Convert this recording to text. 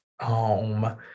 home